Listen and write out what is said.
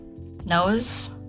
nose